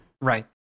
Right